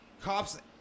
Cops